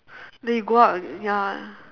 then you go out and ya